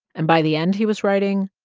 and by the end, he was writing,